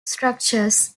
structures